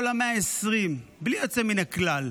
כל ה-120 בלי יוצא מן הכלל,